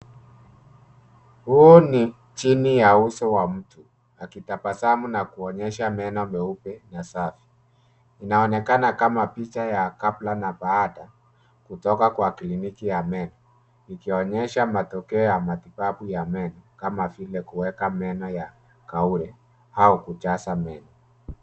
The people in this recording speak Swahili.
Huu ni chini ya uso wa mtu akitabasamu na kuonyesha meno meupe na safi. Inaonekana kama picha ya kabla na baada kutoka kwa kliniki ya meno ikionyesha matokeo ya matibabu ya meno kama vile kuweka meno ya kaure au kujaza meno.